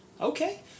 Okay